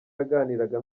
yaganiraga